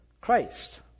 Christ